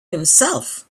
himself